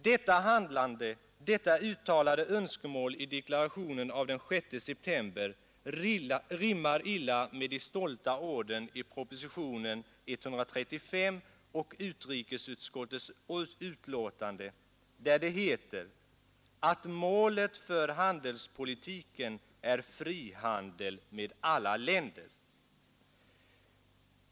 Detta handlande, detta uttalade önskemål i deklarationen av den 6 september rimmar illa med de stolta orden i propositionen 135 och utrikesutskottets betänkande, där det heter att målet för handelspolitiken är frihandel med alla länder.